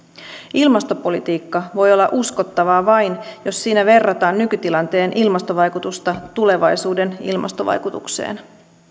ilmastopolitiikka voi olla uskottavaa vain jos siinä verrataan nykytilanteen ilmastovaikutusta tulevaisuuden ilmastovaikutukseen